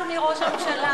אדוני ראש הממשלה.